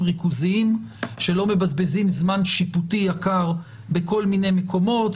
ריכוזיים שלא מבזבזים זמן שיפוטי יקר בכל מיני מקומות,